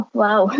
wow